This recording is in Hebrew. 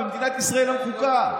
במדינת ישראל אין חוקה.